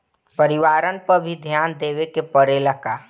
परिवारन पर भी ध्यान देवे के परेला का?